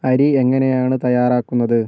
അരി എങ്ങനെയാണ് തയ്യാറാക്കുന്നത്